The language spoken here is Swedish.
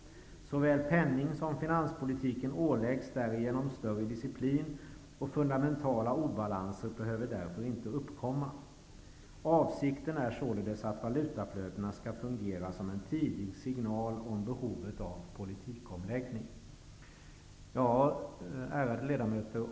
Såväl penning som finanspolitiken åläggs därigenom större diciplin och fundamentala obalanser behöver därför inte uppkomma. Avsikten är således att valutaflödena skall fungera som en tidig signal om behovet av politikomläggningar.'' Ärade ledamöter!